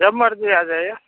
जब मर्ज़ी आ जाइए